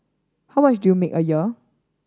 how much do you make a year